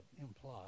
implied